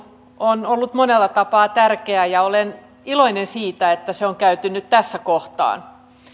on ollut monella tapaa tärkeä ja olen iloinen siitä että se on käyty nyt tässä kohtaa